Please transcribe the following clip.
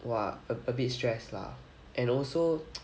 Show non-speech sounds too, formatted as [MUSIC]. !wah! a a bit stress lah and also [NOISE]